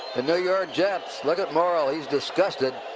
the new york jets. look at morrall. he's disgusted.